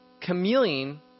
chameleon